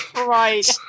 Right